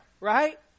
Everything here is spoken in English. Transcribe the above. right